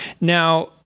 Now